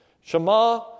Shema